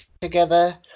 together